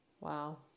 Wow